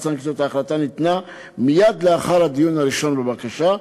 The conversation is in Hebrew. סנקציות ההחלטה ניתנה מייד לאחר הדיון הראשון בבקשה,